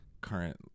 current